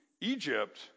Egypt